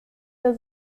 der